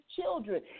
children